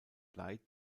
blei